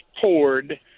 poured